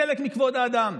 חלק מכבוד האדם.